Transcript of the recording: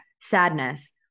sadness